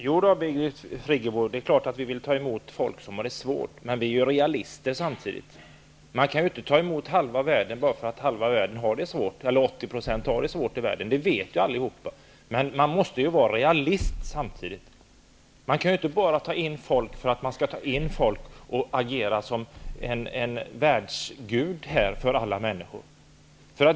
Herr talman! Det är klart att vi vill ta emot människor som har det svårt, men vi är samtidigt realister. Man kan ju inte ta emot halva världen därför att halva världen har det svårt -- eller därför att 80 % har det svårt. Det vet ju alla. Man måste samtidigt vara realist. Man kan inte bara ta in folk för att man skall ta in folk och agera som en världsgud för alla människor.